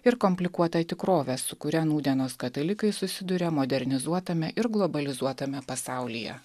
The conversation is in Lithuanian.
ir komplikuotą tikrovę su kuria nūdienos katalikai susiduria modernizuotame ir globalizuotame pasaulyje